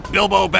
Bilbo